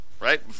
right